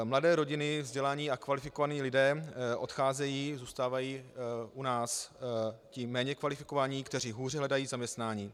Mladé rodiny, vzdělaní a kvalifikovaní lidé odcházejí, zůstávají u nás ti méně kvalifikovaní, kteří hůře hledají zaměstnání.